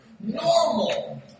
Normal